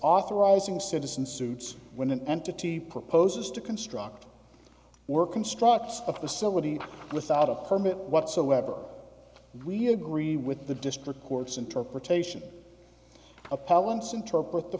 authorizing citizen suits when an entity proposes to construct work construct a facility without a permit whatsoever we agree with the district court's interpretation appellants interpret the